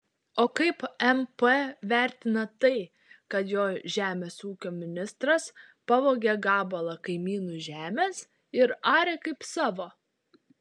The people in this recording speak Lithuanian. o kaip mp vertina tai kad jo žemės ūkio ministras pavogė gabalą kaimynų žemės ir arė kaip savo